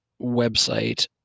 website